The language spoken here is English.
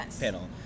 panel